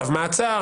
שלב מעצר,